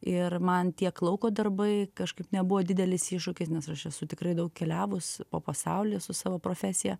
ir man tiek lauko darbai kažkaip nebuvo didelis iššūkis nes aš esu tikrai daug keliavus po pasaulį su savo profesija